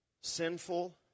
sinful